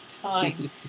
time